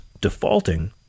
defaulting